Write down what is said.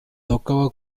tocaba